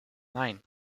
nein